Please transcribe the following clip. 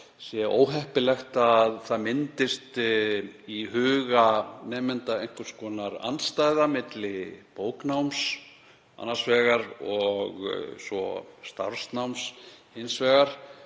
er óheppilegt að það myndist í huga nemenda einhvers konar andstaða milli bóknáms annars vegar og starfsnáms og